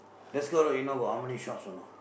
Deskar road you know got how many shops or not